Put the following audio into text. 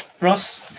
Ross